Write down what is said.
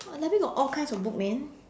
library got all kinds of book man